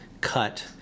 cut